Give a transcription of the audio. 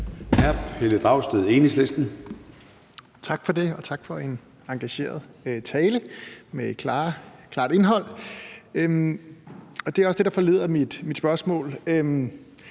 Tak for det, og tak for en engageret tale med et klart indhold. Det er også det, der foranlediger mit spørgsmål.